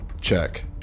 check